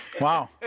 Wow